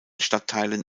stadtteilen